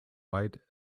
white